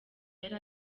yari